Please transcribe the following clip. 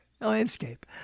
landscape